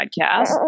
podcast